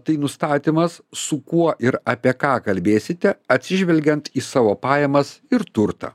tai nustatymas su kuo ir apie ką kalbėsite atsižvelgiant į savo pajamas ir turtą